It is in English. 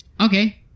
Okay